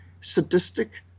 sadistic